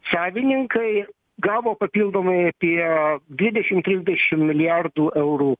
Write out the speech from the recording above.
savininkai gavo papildomai apie dvidešimt trisdešim milijardų eurų